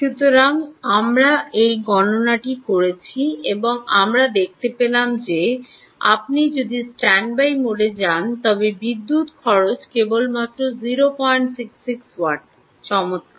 সুতরাং আমরা এই গণনাটি করেছি এবং আমরা দেখতে পেলাম যে আপনি যদি স্ট্যান্ডবাই মোডে যান তবে বিদ্যুৎ খরচ কেবলমাত্র 066 ওয়াট চমৎকার